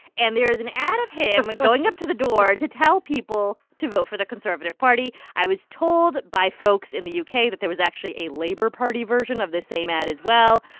and there is an ad of him going up to the door to tell people to vote for the conservative party. i was told by folks in the u k. that there was actually a labour party version of the same ad as well.